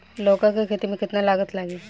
लौका के खेती में केतना लागत लागी?